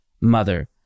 mother